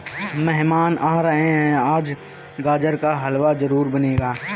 मेहमान आ रहे है, आज गाजर का हलवा जरूर बनेगा